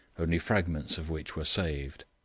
only fragments of which were saved.